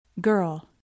Girl